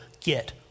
get